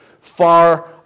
far